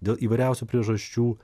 dėl įvairiausių priežasčių